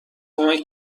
کمک